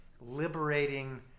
liberating